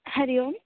Hari Om